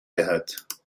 دهد